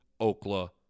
Oklahoma